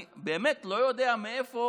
אני באמת לא יודע מאיפה